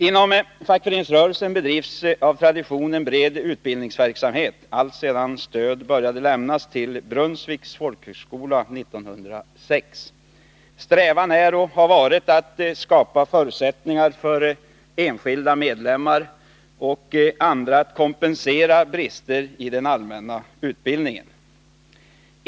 Inom fackföreningsrörelsen bedrivs av tradition en bred utbildningsverksamhet alltsedan stöd började lämnas till Brunnsviks folkhögskola 1906. Strävan är och har varit att skapa förutsättningar för enskilda medlemmar och andra att kompensera brister i den allmänna utbildningen.